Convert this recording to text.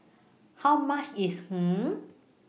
How much IS Hummus